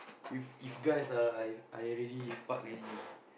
if if guys ah I I already fuck already ah